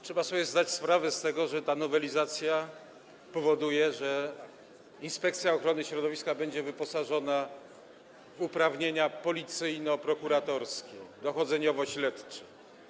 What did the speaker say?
Trzeba sobie zdać sprawę z tego, że ta nowelizacja powoduje, że Inspekcja Ochrony Środowiska będzie wyposażona w uprawnienia policyjno-prokuratorskie, dochodzeniowo-śledcze.